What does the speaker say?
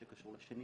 שקשור לשני,